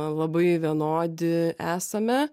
labai vienodi esame